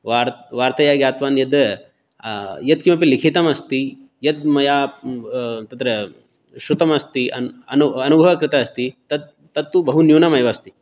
वार्त् वार्तया ज्ञातवान् यद् यद्किमपि लिखितमस्ति यद् मया तत्र श्रुतमस्ति अनुभ् अनुभवः कृतः अस्ति तत् तत्तु बहुन्यूनमेव अस्ति